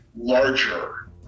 larger